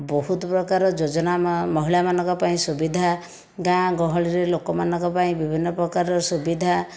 ବହୁତ ପ୍ରକାର ଯୋଜନା ମହିଳାମାନଙ୍କ ପାଇଁ ସୁବିଧା ଗାଁ ଗହଳିରେ ଲୋକମାନଙ୍କ ପାଇଁ ବିଭିନ୍ନ ପ୍ରକାରର ସୁବିଧା